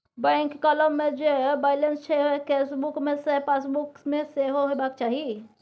bank column मे जे balance छै केसबुक मे सैह पासबुक मे सेहो हेबाक चाही